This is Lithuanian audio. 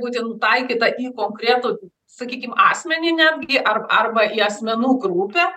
būti nutaikyta į konkretų sakykim asmenį netgi ar arba į asmenų grupę